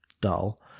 dull